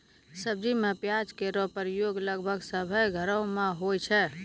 सब्जी में प्याज केरो प्रयोग लगभग सभ्भे घरो म होय छै